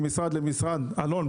אלון,